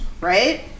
Right